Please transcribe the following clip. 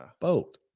Boat